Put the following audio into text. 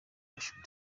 worship